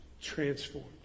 transformed